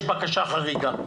ומגיש בקשה חריגה.